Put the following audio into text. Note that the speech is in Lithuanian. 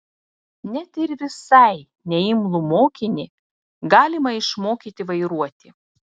net ir visai neimlų mokinį galima išmokyti vairuoti